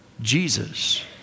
Jesus